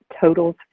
totals